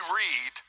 read